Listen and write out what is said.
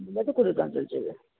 ବିଲାତି କୋଡ଼ିଏ ଟଙ୍କା ଚାଲିଛି ଏବେ